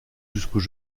jusqu’aux